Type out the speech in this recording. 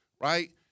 right